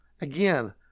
Again